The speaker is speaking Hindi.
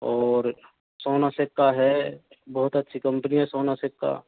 और सोनासीप का है बहुत अच्छी कंपनी है सोनासीप का